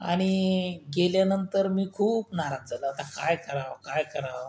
आणि गेल्यानंतर मी खूप नाराज झालो आता काय करावं काय करावं